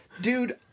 Dude